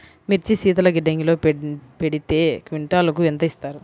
మిర్చి శీతల గిడ్డంగిలో పెడితే క్వింటాలుకు ఎంత ఇస్తారు?